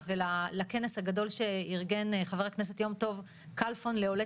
ולכנס הגדול שארגן חבר הכנסת יום טוב כלפון לעולי